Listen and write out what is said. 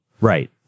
Right